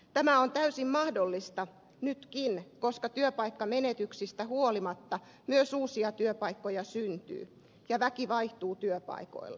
tämä on täysin mahdollista nytkin koska työpaikkamenetyksistä huolimatta myös uusia työpaikkoja syntyy ja väki vaihtuu työpaikoilla